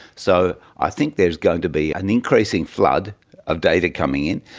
so i think there's going to be an increasing flood of data coming in,